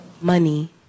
Money